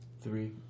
three